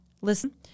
Listen